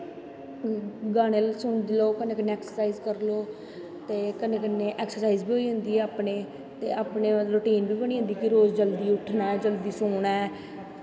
गानें सुनी लो कन्नै कन्नै ऐक्स्रसाइज़ करी लैओ ते कन्नै कन्नै ऐक्सर्साईज़ बी होई जंदी ऐ ते अपनैं रोटीन बी बनी जंदी रोज़ उट्ठना ऐ जल्दी सौनां ऐ